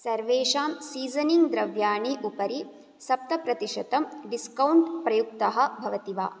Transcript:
सर्वेषां सीसनिङ् द्रव्याणि उपरि सप्तप्रतिशतं डिस्कौण्ट् प्रयुक्तः भवति वा